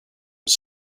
was